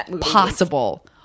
possible